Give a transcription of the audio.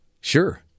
sure